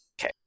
Okay